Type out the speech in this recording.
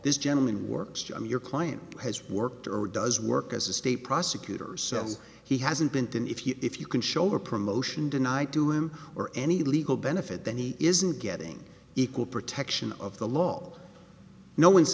this gentleman works to your client has worked or does work as a state prosecutors cells he hasn't been to and if he if you can show or promotion deny to him or any legal benefit then he isn't getting equal protection of the law no one